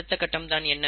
அடுத்த கட்டம்தான் என்ன